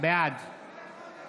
בעד